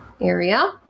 area